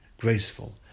graceful